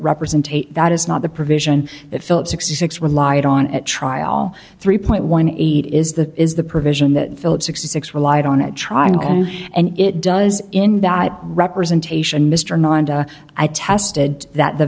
representation that is not the provision that philip sixty six relied on at trial three point one eight is the is the provision that philip sixty six relied on at trial and it does in that representation mr nonda i tested that the